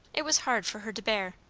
it was hard for her to bear.